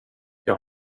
jag